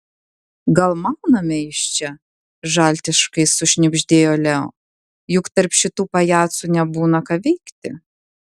gal mauname iš čia žaltiškai sušnibždėjo leo juk tarp šitų pajacų nebūna ką veikti